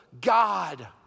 God